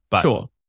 Sure